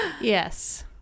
Yes